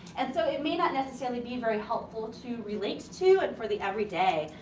and so, it may not necessarily be very helpful to relate to and for the every day.